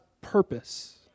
purpose